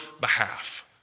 behalf